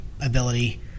ability